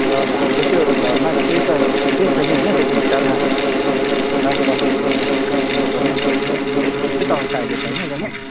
ल ल हाम्रो त्यो घरमा उयो त ठिकै छ नि होइन त्यो भित्तामा राख्दाखेरि हुने खालके किन्नुपऱ्यो नि त होइन त्यस्तै त आउँछ अहिले त होइन जम्मै